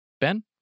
Ben